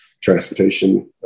transportation